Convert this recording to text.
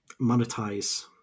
monetize